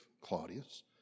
Claudius